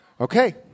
okay